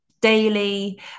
daily